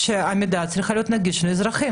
שהמידע בכל המשרדים צריך להיות נגיש לאזרחים,